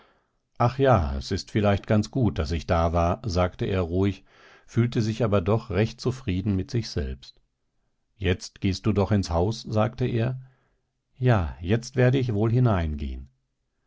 ach ja es ist vielleicht ganz gut daß ich da war sagte er ruhig fühlte sich aber doch recht zufrieden mit sich selbst jetzt gehst du doch ins haus sagte er ja jetzt werde ich wohl hineingehen